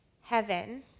heaven